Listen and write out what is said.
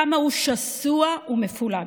כמה הוא שסוע ומפולג.